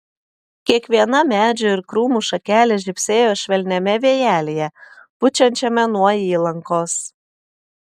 kiekviena medžių ir krūmų šakelė žibsėjo švelniame vėjelyje pučiančiame nuo įlankos